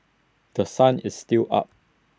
The Sun is still up